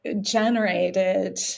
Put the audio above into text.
generated